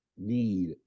need